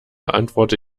antworte